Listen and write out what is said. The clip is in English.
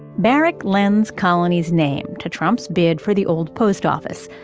barrack lends colony's name to trump's bid for the old post office.